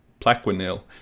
Plaquenil